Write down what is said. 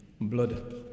blood